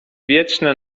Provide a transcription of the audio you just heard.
wieczne